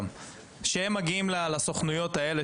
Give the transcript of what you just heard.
כשהם מגיעים לסוכנויות האלה,